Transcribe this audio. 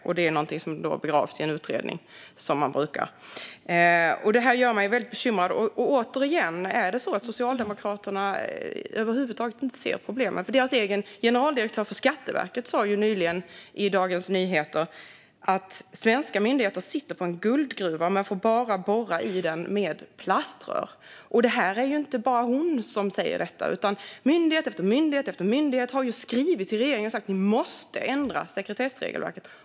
Och det är någonting som då begravs i en utredning, som man brukar göra. Detta gör mig väldigt bekymrad. Återigen: Är det så att Socialdemokraterna över huvud taget inte ser problemen? Deras egen generaldirektör på Skatteverket sa nämligen nyligen i Dagens Nyheter att svenska myndigheter sitter på en guldgruva men bara får borra i den med plaströr. Det är inte bara hon som säger detta, utan myndighet efter myndighet har skrivit till regeringen och sagt att man måste ändra sekretessregelverket.